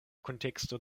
kunteksto